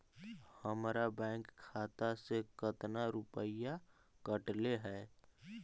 हमरा बैंक खाता से कतना रूपैया कटले है?